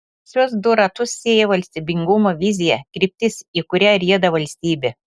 šiuos du ratus sieja valstybingumo vizija kryptis į kurią rieda valstybė